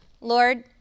Lord